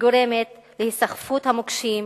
שגורם להיסחפות המוקשים,